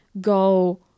go